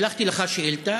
שלחתי לך שאילתה,